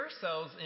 cells